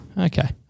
Okay